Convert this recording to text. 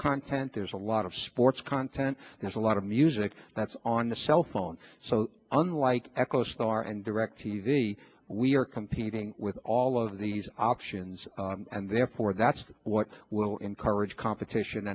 content there's a lot of sports content there's a lot of music that's on the cellphone so unlike echo star and direct t v we are competing with all of the options and therefore that's what will encourage competition